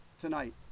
tonight